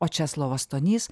o česlovas stonys